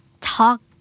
talk